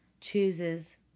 chooses